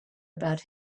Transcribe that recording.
about